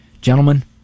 gentlemen